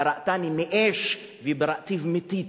בראתני מאש ובראתו מטיט.